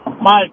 Mike